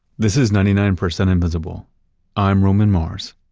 this is ninety nine percent invisible i'm roman mars